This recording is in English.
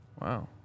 Wow